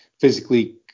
physically